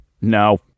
No